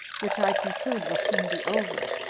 which i conclude will soon be over?